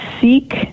seek